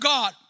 God